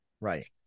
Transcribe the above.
Right